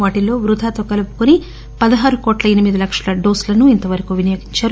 వాటిల్లో వృథాతో కలుపుకొని పదహారు కోట్ల ఎనిమిది లక్షల డోసులను ఇంతవరకు వినియోగించారు